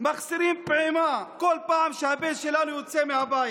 מחסירים פעימה כל פעם שהבן שלנו יוצא מהבית.